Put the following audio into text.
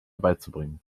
beizubringen